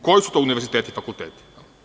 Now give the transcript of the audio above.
Koji su to univerziteti i fakulteti?